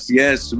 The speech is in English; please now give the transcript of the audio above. yes